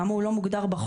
למה הוא לא מוגדר בחוק?